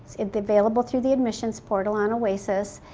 it's available through the admissions portal on oasis.